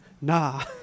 Nah